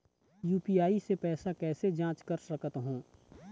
UPI से पैसा कैसे जाँच कर सकत हो?